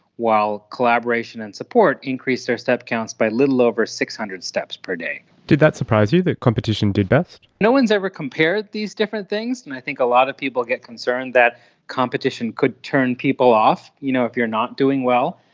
while collaboration and support increased their step counts by a little over six hundred steps per day. did that surprise you, that competition did the best? no one has ever compared these different things, and i think a lot of people get concerned that competition could turn people off you know if you're not doing well.